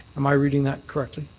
am i reading that correctly?